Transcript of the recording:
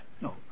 No